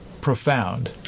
profound